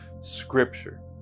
scripture